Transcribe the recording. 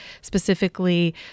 specifically